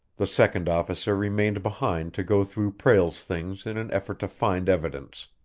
the second officer remained behind to go through prale's things in an effort to find evidence.